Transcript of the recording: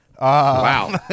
Wow